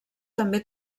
també